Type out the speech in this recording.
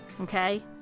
okay